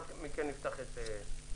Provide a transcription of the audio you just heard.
בבקשה.